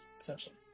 Essentially